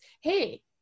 hey